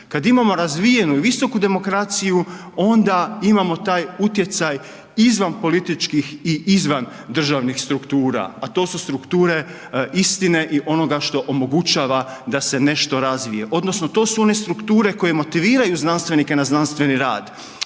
kad imamo razvijenu visoku demokraciju, onda imamo taj utjecaj izvan političkih i izvan državnih struktura, a to su strukture istine i onoga što omogućava da se nešto razvije, odnosno to su one strukture koje motiviraju znanstvenike na znanstveni rad,